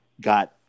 got